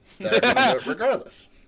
regardless